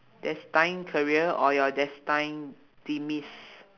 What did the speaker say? destined career or your destined demise